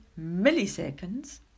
milliseconds